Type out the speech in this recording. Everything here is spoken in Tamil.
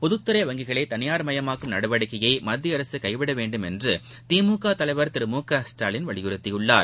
பொதுத்துறை வங்கிகளை தனியார்மயமாக்கும் நடவடிக்கையை மத்திய அரசு கைவிடவேண்டும் என்று திமுக தலைவர் திரு மு க ஸ்டாலின் வலியுறுத்தியுள்ளார்